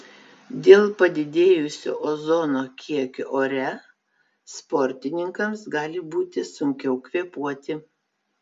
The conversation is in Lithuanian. dėl padidėjusio ozono kiekio ore sportininkams gali būti sunkiau kvėpuoti